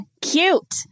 cute